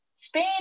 Spain